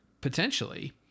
Potentially